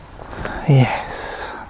Yes